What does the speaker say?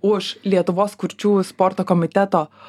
už lietuvos kurčiųjų sporto komiteto